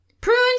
Prunes